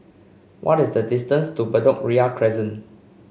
what is the distance to Bedok Ria Crescent